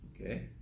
Okay